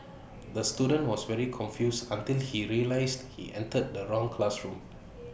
the student was very confused until he realised he entered the wrong classroom